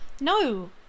no